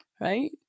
Right